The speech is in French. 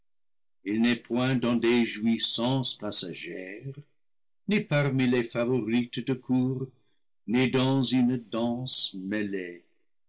il n'est point dans des jouissances passagères ni parmi les favorites de cour ni dans une danse mêlée